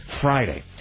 Friday